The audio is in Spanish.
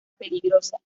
peligrosa